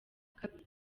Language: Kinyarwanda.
kabiri